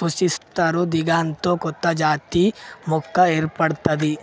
సృష్టిస్తరు గిదాంతో కొత్తజాతి మొక్క ఏర్పడ్తది